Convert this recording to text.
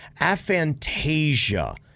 aphantasia